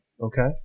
Okay